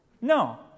No